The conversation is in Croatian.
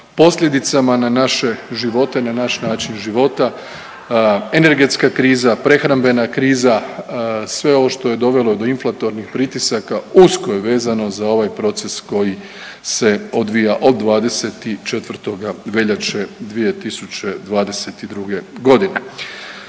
posljedicama na naše živote, na naš način života, energetska kriza, prehrambena kriza, sve ovo što je dovelo do inflatornih pritisaka usko je vezano za ovaj proces koji se odvija od 24. veljače 2022. g.